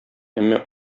әмма